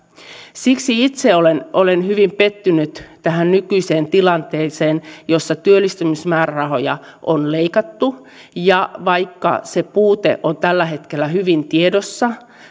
siksi itse olen olen hyvin pettynyt tähän nykyiseen tilanteeseen jossa työllistymismäärärahoja on leikattu ja vaikka se puute on tällä hetkellä hyvin tiedossa